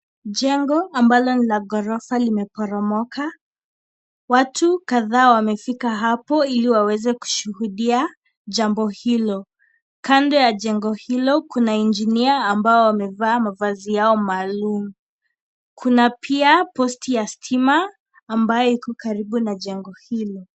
Jengo ambalo ni la ghorofa limeporomoka. Watu kadhaa wamefika hapo ili waweze kushuhudia jambo hilo. Kando ya jengo hilo kuna engeneer ambao wamevaa mavazi yao maalum. Kuna pia posti ya stima ambayo iko karibu na jengo hilo.